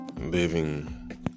living